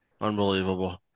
Unbelievable